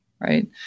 right